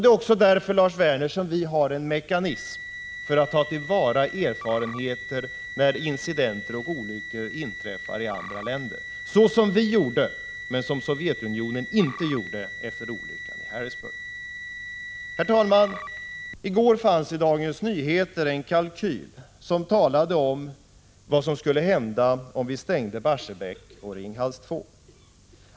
Det är också därför, Lars Werner, som vi har en mekanism för att ta till vara erfarenheter av incidenter och olyckor som inträffat i andra länder, såsom vi gjorde men som Sovjetunionen inte gjorde efter olyckan i Harrisburg. Herr talman! I går fanns i Dagens Nyheter en kalkyl, där det talades om 4 vad som skulle hända om vi stängde Barsebäck och Ringhals 2.